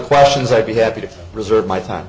questions i'd be happy to reserve my time